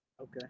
Okay